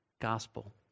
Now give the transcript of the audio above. gospel